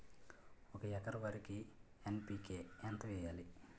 ఒక ఎకర వరికి ఎన్.పి.కే ఎంత వేయాలి?